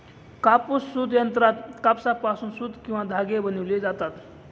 कापूस सूत यंत्रात कापसापासून सूत किंवा धागे बनविले जातात